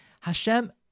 Hashem